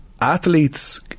athletes